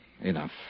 enough